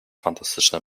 fantastyczne